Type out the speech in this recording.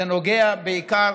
זה נוגע בעיקר